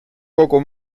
kogu